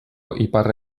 ipar